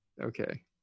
Okay